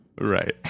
Right